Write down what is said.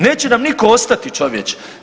Neće nam nitko ostati čovječe.